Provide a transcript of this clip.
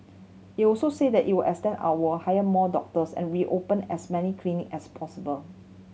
it also said that it will extend hour hire more doctors and reopen as many clinic as possible